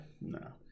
No